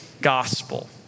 gospel